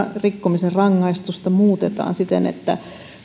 rikkomisen rangaistusta muutetaan siten että